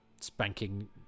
spanking